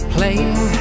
Playing